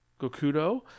Gokudo